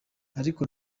ariko